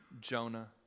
Jonah